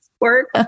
work